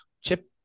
chip